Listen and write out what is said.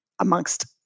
amongst